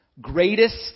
greatest